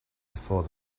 before